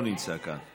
לא נמצא כאן.